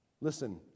Listen